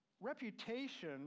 reputation